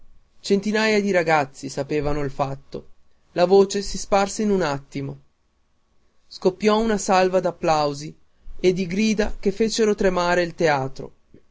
centinaia di ragazzi sapevano il fatto la voce si sparse in un attimo scoppiò una salva d'applausi e di grida che fece tremare il teatro